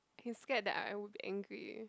he's scared that I would be angry